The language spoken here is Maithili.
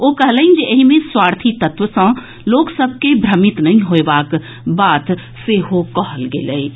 ओ कहलनि जे एहि मे स्वार्थी तत्व सँ लोक सभ के भ्रमित नहि होयबाक सेहो कहल गेल अछि